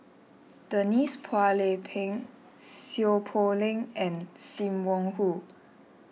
Denise Phua Lay Peng Seow Poh Leng and Sim Wong Hoo